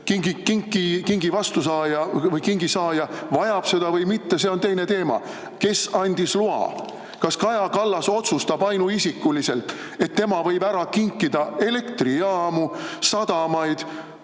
Kas see kingi saaja vajab seda või mitte, on teine teema. Kes andis loa? Kas Kaja Kallas otsustab ainuisikuliselt, et tema võib ära kinkida elektrijaamu, sadamaid,